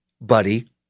buddy